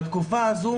בתקופה הזאת